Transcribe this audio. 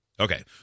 Okay